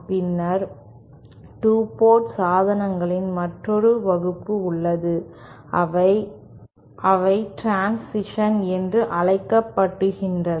பின்னர் 2 போர்ட் சாதனங்களின் மற்றொரு வகுப்பு உள்ளது அவை டிரன்சிஷன்ஸ் என்று அழைக்கப்படுகின்றன